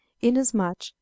inasmuch